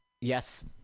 Yes